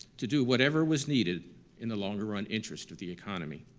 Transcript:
to do whatever was needed in the longer-run interest of the economy.